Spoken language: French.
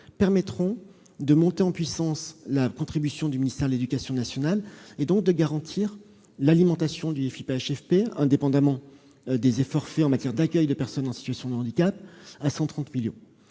permettra une montée en puissance de la contribution du ministère de l'éducation nationale et donc de garantir l'alimentation du FIPHFP, indépendamment des efforts faits en matière d'accueil des personnes en situation de handicap, à hauteur de 130 millions